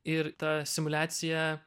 ir ta simuliacija